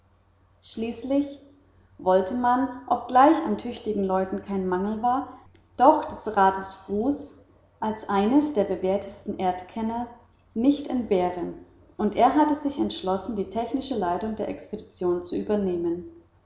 schließlich wollte man obgleich an tüchtigen leuten kein mangel war doch des rates frus als eines der bewährtesten erdkenner nicht entbehren und er hatte sich entschlossen die technische leitung der expedition zu übernehmen